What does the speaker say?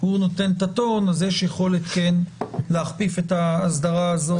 נותן את הטון אז יש יכולת כן להכפיף את האסדרה הזאת.